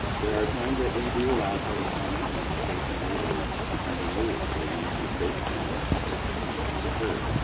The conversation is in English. there are times that we do allow public comment and, unfortunately, it becomes unruly. so we want it to be safe, we want it to be just, and we want to be heard.